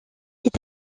est